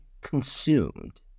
consumed